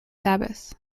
sabbath